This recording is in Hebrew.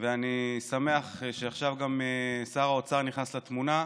ואני שמח שעכשיו גם שר האוצר נכנס לתמונה,